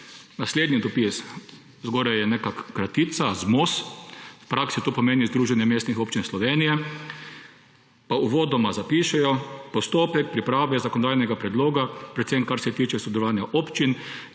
Naslednji dopis. Zgoraj je neka kratica – ZMOS. V praksi to pomeni Združenje mestnih občin Slovenije, pa uvodoma zapišejo: »Postopek priprave zakonodajnega predloga, predvsem kar se tiče sodelovanja občin,